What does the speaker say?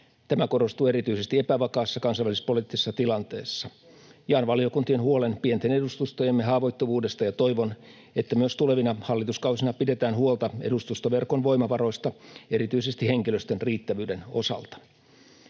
Tämä korostuu erityisesti epävakaassa kansainvälispoliittisessa tilanteessa. Jaan valiokuntien huolen pienten edustustojemme haavoittuvuudesta ja toivon, että myös tulevina hallituskausina pidetään huolta edustustoverkon voimavaroista, erityisesti henkilöstön riittävyyden osalta.